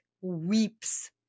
weeps